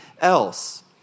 else